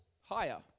higher